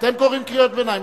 אתם קוראים קריאות ביניים?